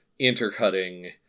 intercutting